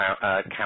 count